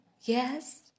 Yes